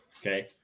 Okay